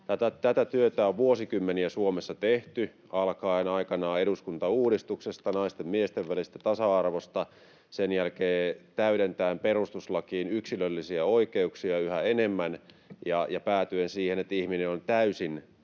Tätä työtä on vuosikymmeniä Suomessa tehty alkaen aikanaan eduskuntauudistuksesta, naisten ja miesten välisestä tasa-arvosta, sen jälkeen täydentäen perustuslakiin yhä enemmän yksilöllisiä oikeuksia ja päätyen siihen, että ihminen on täysin